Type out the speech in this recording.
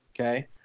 Okay